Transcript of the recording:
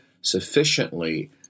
sufficiently